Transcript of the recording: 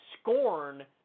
scorn